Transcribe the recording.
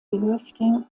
gehöfte